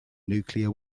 nuclear